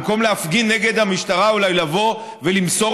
במקום להפגין נגד המשטרה אולי לבוא ולמסור